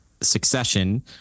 succession